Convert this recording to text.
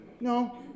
no